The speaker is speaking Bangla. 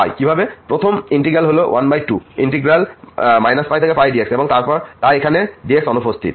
সুতরাং প্রথম ইন্টিগ্র্যাল হল 12 ইন্টিগ্র্যাল -π থেকে π dx তাই এখানে dx অনুপস্থিত